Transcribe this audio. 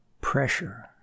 pressure